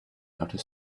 outer